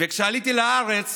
וכשעליתי לארץ